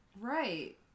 Right